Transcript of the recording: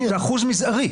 זה אחוז מזערי.